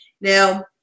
Now